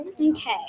Okay